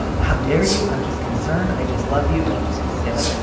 ah how dare you. i'm just concerned. i just love you. and you just get to say, like,